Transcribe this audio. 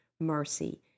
mercy